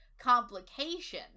complication